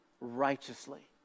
righteously